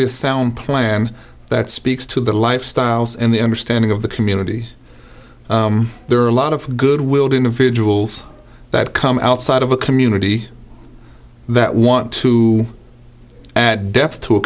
sound plan that speaks to the lifestyles and the understanding of the community there are a lot of good willed individuals that come outside of a community that want to add depth to a